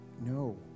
no